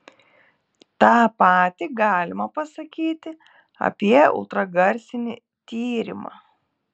tą patį galima pasakyti apie ultragarsinį tyrimą